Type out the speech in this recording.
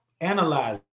analyze